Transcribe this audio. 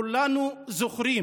כולנו זוכרים